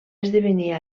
esdevenir